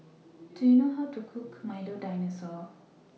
Do YOU know How to Cook Milo Dinosaur